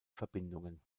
verbindungen